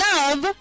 Love